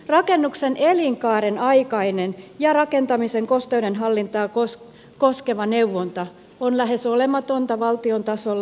rakennuksen elinkaaren aikainen ja rakentamisen kosteudenhallintaa koskeva neuvonta on lähes olematonta valtion tasolla